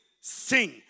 sing